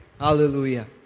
Hallelujah